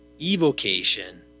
Evocation